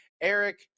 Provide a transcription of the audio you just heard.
Eric